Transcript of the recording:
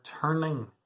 turning